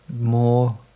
more